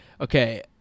Okay